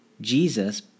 Jesus